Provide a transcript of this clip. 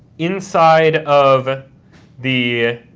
inside of the